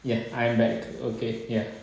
ye~ I am back okay can